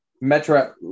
Metro